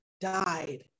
died